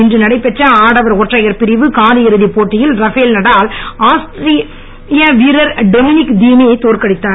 இன்று நடைபெற்ற ஆடவர் ஒற்றையர் பிரிவு கால் இறுதிப் போட்டியில் ரஃபேல் நடால் ஆஸ்திரிய வீரர் டொமினிக் தியேமை தோற்கடித்தார்